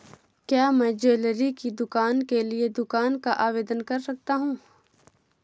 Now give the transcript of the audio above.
क्या मैं ज्वैलरी की दुकान के लिए ऋण का आवेदन कर सकता हूँ?